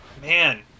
Man